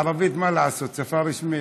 הערבית, מה לעשות, שפה רשמית.